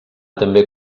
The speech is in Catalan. també